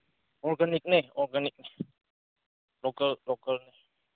ꯑꯣꯔꯒꯅꯤꯛꯅꯦ organic local ꯂꯣꯀꯦꯜꯅꯦ